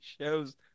shows